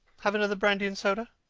have another brandy-and-soda?